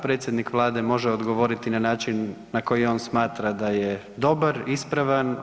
Predsjednik Vlade može odgovoriti na način na koji on smatra da je dobar, ispravan.